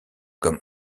comme